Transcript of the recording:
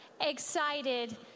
excited